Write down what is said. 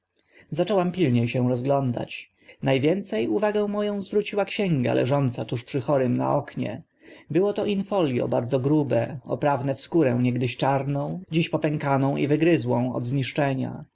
zaczęłam pilnie się rozglądać na więce uwagę mo ą zwróciła księga leżąca tuż przy książka chorym na oknie było to in folio bardzo grube oprawne w skórę niegdyś czarną dziś popękaną i wygryzioną od zniszczenia